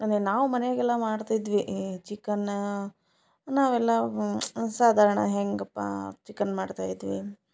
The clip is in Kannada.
ಅಂದರೆ ನಾವು ಮನೆಯಾಗೆಲ್ಲ ಮಾಡ್ತಿದ್ವಿ ಚಿಕನ್ ನಾವೆಲ್ಲ ಹ್ಞೂ ಸಾಧಾರಣ ಹೇಗಪ್ಪಾ ಚಿಕನ್ ಮಾಡ್ತಾಯಿದ್ವಿ